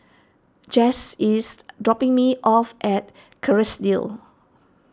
Jace is dropping me off at Kerrisdale